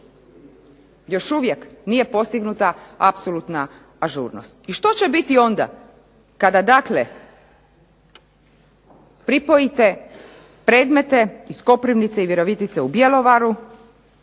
Još uvijek nije postignuta apsolutna ažurnost. I što će biti onda kada dakle pripojite predmete iz Koprivnice i Virovitice u Bjelovaru,